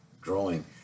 growing